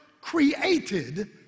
created